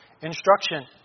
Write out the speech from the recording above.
instruction